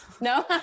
No